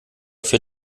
für